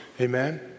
amen